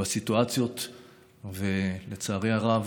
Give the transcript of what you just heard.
לצערי הרב,